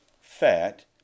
fat